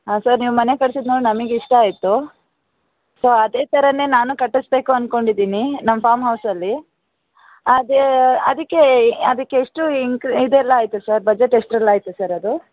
ಹಾಂ ಸರ್ ನೀವು ಮನೆ ಕಟ್ಸಿದ್ದು ನೋಡಿ ನಮಿಗೆ ಇಷ್ಟ ಆಯಿತು ಸೊ ಅದೇ ಥರನೇ ನಾನು ಕಟ್ಟಿಸ್ಬೇಕು ಅನ್ಕೊಂಡಿದ್ದೀನಿ ನಮ್ಮ ಫಾರ್ಮ್ ಹೌಸಲ್ಲಿಅದು ಅದಕ್ಕೆ ಅದಕ್ಕೆ ಎಷ್ಟು ಇಂಕ್ ಇದೆಲ್ಲ ಆಯಿತು ಸರ್ ಬಜೆಟ್ ಎಷ್ಟೆಲ್ಲ ಆಯಿತು ಸರ್ ಅದು